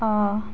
অঁ